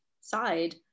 side